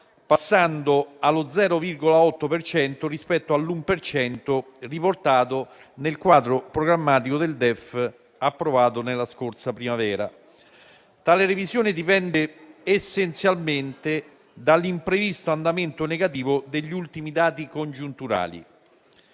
passando allo 0,8 per cento rispetto all'uno per cento riportato nel quadro programmatico del DEF approvato nella scorsa primavera. Tale revisione dipende essenzialmente dall'imprevisto andamento negativo degli ultimi dati congiunturali,